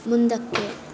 ಮುಂದಕ್ಕೆ